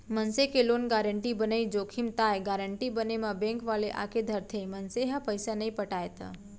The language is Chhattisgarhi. मनसे के लोन गारेंटर बनई जोखिम ताय गारेंटर बने म बेंक वाले आके धरथे, मनसे ह पइसा नइ पटाय त